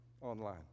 online